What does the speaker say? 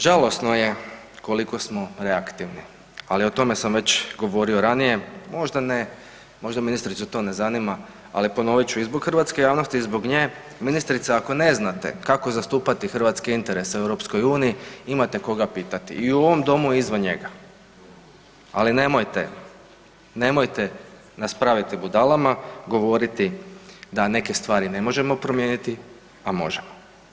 Žalosno je koliko smo reaktivni, ali o tome sam već govorio ranije, možda ministricu to ne zanima, ali ponovit ću i zbog hrvatske javnosti i zbog nje, ministrice ako ne znate kako zastupati hrvatske interese u EU imate koga pitati i u ovom Domu i izvan njega, ali nemojte, nemojte nas praviti budalama, govoriti da neke stvari ne možemo promijeniti, a možemo.